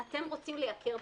אני אאפשר לך.